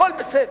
הכול בסדר.